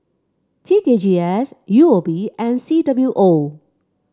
T K G S U O B and C W O